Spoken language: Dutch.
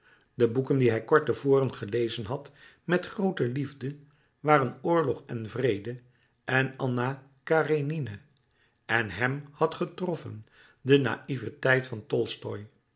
de boeken die hij kort te voren gelezen had met groote liefde waren oorlog en vrede en anna karenine en hèm had getroffen de naïveteit van